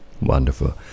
Wonderful